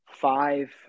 five